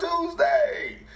Tuesday